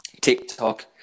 TikTok